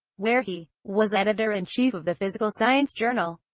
where he was editor-in-chief of the physical science journal,